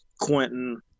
Quentin